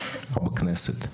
בכנסת.